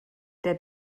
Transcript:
der